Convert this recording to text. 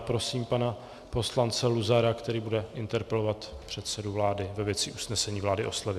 Prosím pana poslance Luzara, který bude interpelovat předsedu vlády ve věci usnesení vlády o slevě.